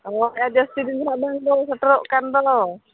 ᱚᱻ ᱦᱮᱸᱜᱼᱮ ᱡᱟᱹᱥᱛᱤ ᱫᱤᱱᱫᱚ ᱱᱟᱦᱟᱜ ᱵᱟᱝ ᱦᱩᱞ ᱥᱮᱴᱮᱨᱚᱜ ᱠᱟᱱᱫᱚ